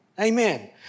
Amen